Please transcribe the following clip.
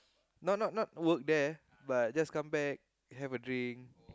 not not not work there but just come back have a drink